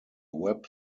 web